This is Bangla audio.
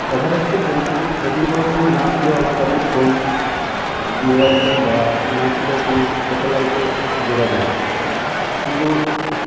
এভারেস্টে ট্রেকিং ট্রেকিং করার সময় না ছিল আমার কাছে ফোন মোবাইল ফোন বা না ছিল কোনো স্যাটেলাইটের যোগাযোগ শুধু